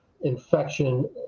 infection